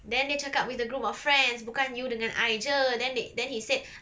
then dia cakap with a group of friends bukan you dengan I jer then the then he said